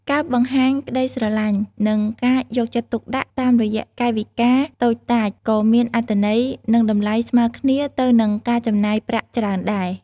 ការបង្ហាញក្តីស្រឡាញ់ និងការយកចិត្តទុកដាក់តាមរយៈកាយវិការតូចតាច ក៏មានអត្ថន័យ និងតម្លៃស្មើគ្នាទៅនឹងការចំណាយប្រាក់ច្រើនដែរ។